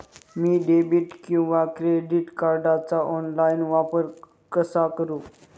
मी debit किंवा credit कार्डचा online वापर कसा करु?